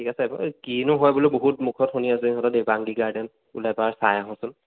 ঠিক আছে কিনো হয় বোলো বহুত মুখত শুনি আছো ইহঁতৰ দেৱাংগী গাৰ্ডেন বোলো এবাৰ চাই আহোচোন